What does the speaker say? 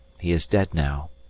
he is dead now,